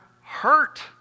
hurt